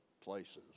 places